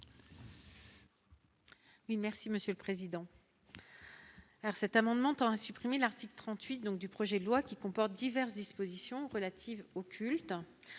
Merci Monsieur le Président,